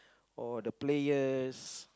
or the players